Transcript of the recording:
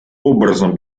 образом